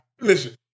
listen